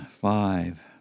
Five